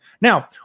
Now